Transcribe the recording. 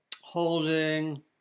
holding